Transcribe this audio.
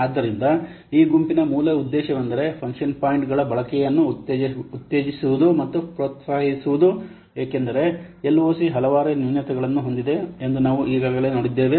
ಆದ್ದರಿಂದ ಈ ಗುಂಪಿನ ಮೂಲ ಉದ್ದೇಶವೆಂದರೆ ಫಂಕ್ಷನ್ ಪಾಯಿಂಟ್ಗಳ ಬಳಕೆಯನ್ನು ಉತ್ತೇಜಿಸುವುದು ಮತ್ತು ಪ್ರೋತ್ಸಾಹಿಸುವುದು ಏಕೆಂದರೆ LOC ಹಲವಾರು ನ್ಯೂನತೆಗಳನ್ನು ಹೊಂದಿದೆ ಎಂದು ನಾವು ಈಗಾಗಲೇ ನೋಡಿದ್ದೇವೆ